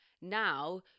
now